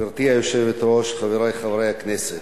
גברתי היושבת-ראש, חברי חברי הכנסת,